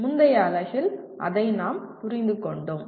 முந்தைய அலகில் அதை நாம் புரிந்துகொண்டோம்